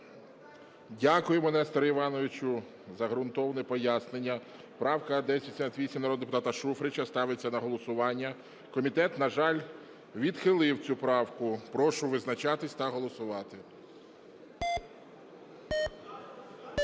Дякуємо, Несторе Івановичу, за ґрунтовне пояснення. Правка 1078 народного депутата Шуфрича ставиться на голосування. Комітет, на жаль, відхилив цю правку. Прошу визначатися та голосувати.